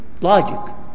logic